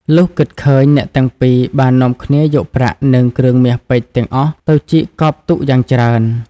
លុះគិតឃើញ អ្នកទាំងពីរបាននាំគ្នាយកប្រាក់និងគ្រឿងមាសពេជ្រទាំងអស់ទៅជីកកប់ទុកយ៉ាងច្រើន។